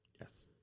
Yes